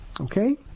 Okay